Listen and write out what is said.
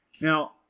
Now